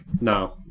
no